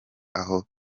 aho